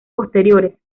posteriores